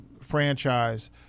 franchise